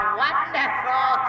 wonderful